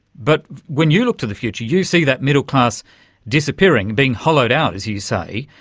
but when you look to the future you see that middle class disappearing, being hollowed out, as you say.